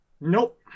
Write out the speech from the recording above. Nope